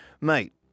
Mate